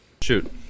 Shoot